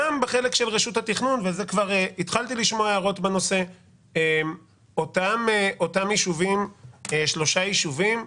גם בחלק של רשות התכנון, אותם שלושה יישובים,